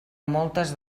moltes